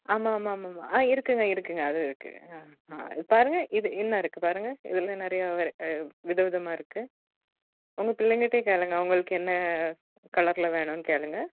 ஆமாம் ஆமாம் ஆமாம் ஆமாம் ஆ இருக்குதுங்க இருக்குதுங்க அதுவும் இருக்குது ஆ பாருங்க இது இன்னும் இருக்குது பாருங்க இதில் நிறைய வெரை விதவிதமாக இருக்குது உங்க பிள்ளைங்கட்டேயே கேளுங்க அவங்களுக்கு என்ன கலரில் வேணுமுன்னு கேளுங்க